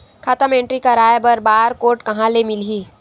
खाता म एंट्री कराय बर बार कोड कहां ले मिलही?